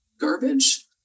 garbage